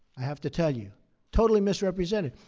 i have to tell you totally misrepresented.